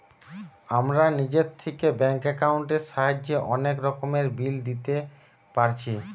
আমরা নিজে থিকে ব্যাঙ্ক একাউন্টের সাহায্যে অনেক রকমের বিল দিতে পারছি